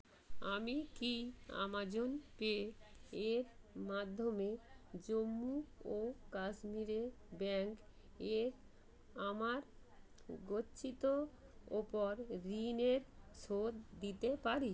আমি কি Amazon pay এর মাধ্যমে জম্মু ও কাশ্মীরে ব্যাংক এ আমার গচ্ছিতর উপর ঋণের শোধ দিতে পারি